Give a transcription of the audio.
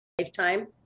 lifetime